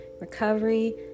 recovery